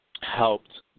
helped